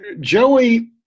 Joey